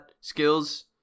skills